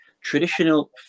traditional